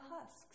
husks